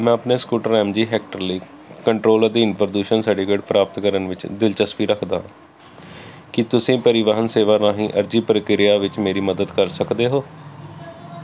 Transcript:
ਮੈਂ ਆਪਣੇ scooter MG ਜੀ ਹੈਕਟਰ ਲਈ ਕੰਟਰੋਲ ਅਧੀਨ ਪ੍ਰਦੂਸ਼ਨ ਸਰਟੀਫਿਕੇਟ ਪ੍ਰਾਪਤ ਕਰਨ ਵਿੱਚ ਦਿਲਚਸਪੀ ਰੱਖਦਾ ਹਾਂ ਕੀ ਤੁਸੀਂ ਪਰੀਵਾਹਨ ਸੇਵਾ ਰਾਹੀਂ ਅਰਜ਼ੀ ਪ੍ਰਕਿਰਿਆ ਵਿੱਚ ਮੇਰੀ ਮੱਦਦ ਕਰ ਸਕਦੇ ਹੋ